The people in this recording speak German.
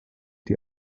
die